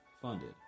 funded